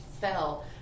fell